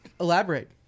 Elaborate